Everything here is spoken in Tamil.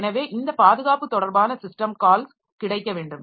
எனவே இந்த பாதுகாப்பு தொடர்பான சிஸ்டம் கால்ஸ் கிடைக்க வேண்டும்